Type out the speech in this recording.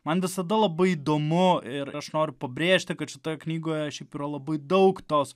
man visada labai įdomu ir aš noriu pabrėžti kad šitoje knygoje šiaip yra labai daug tos